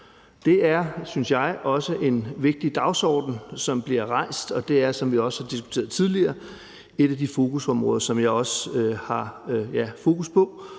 Det er, synes jeg, en vigtig dagsorden, som bliver rejst, og det er, som vi også har diskuteret tidligere, et af de områder, som jeg også har fokus på,